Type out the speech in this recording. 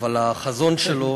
אבל החזון שלו